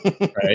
right